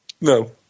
No